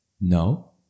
no